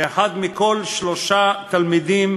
שלפיה ב-2014 אחד מכל שלושה תלמידים